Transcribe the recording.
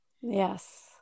Yes